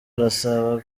arasaba